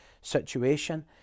situation